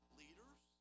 leaders